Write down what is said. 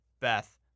Beth